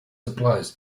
supplies